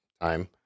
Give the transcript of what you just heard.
time